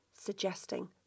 suggesting